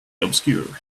obscure